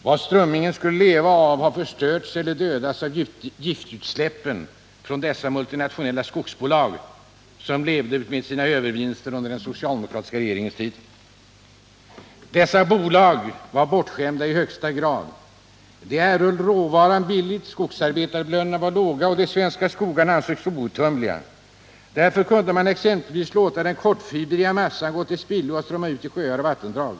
Det strömmingen skulle leva av har förstörts eller dödats av giftutsläppen från de multinationella skogsbolagen med sina ”övervinster” under den socialdemokratiska regeringens tid! Dessa bolag var i högsta grad bortskämda. De erhöll råvaran billigt — skogsarbetarlönerna var låga och de svenska skogarna ansågs outtömliga. Därför kunde man låta den kortfibriga massan gå till spillo och strömma ut i sjöar och vattendrag.